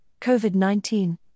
COVID-19